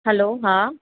hello हा